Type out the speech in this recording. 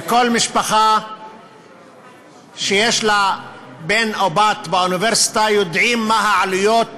כל משפחה שיש לה בן או בת באוניברסיטה יודעת מה העלויות